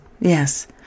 Yes